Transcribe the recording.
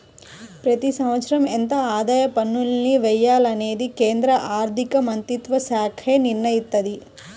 ప్రతి సంవత్సరం ఎంత ఆదాయ పన్నుల్ని వెయ్యాలనేది కేంద్ర ఆర్ధికమంత్రిత్వశాఖే నిర్ణయిత్తది